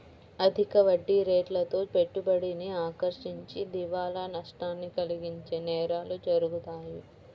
అధిక వడ్డీరేట్లతో పెట్టుబడిని ఆకర్షించి దివాలా నష్టాన్ని కలిగించే నేరాలు జరుగుతాయి